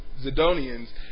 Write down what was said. Zidonians